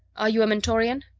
are you a mentorian?